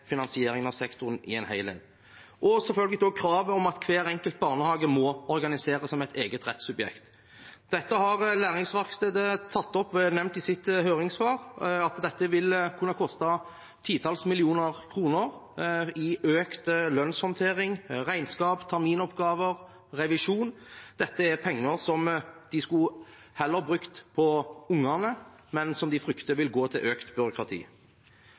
finansieringen av sektoren i en helhet, og selvfølgelig kravet om at hver enkelt barnehage må organiseres som et eget rettssubjekt. Dette tok Læringsverkstedet opp i sitt høringssvar – at det vil kunne koste titalls millioner kroner i økt lønnshåndtering, regnskap, terminoppgaver og revisjon. Dette er penger som heller skulle vært brukt på barna, men som de frykter vil gå til økt byråkrati.